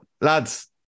lads